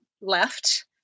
left